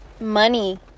money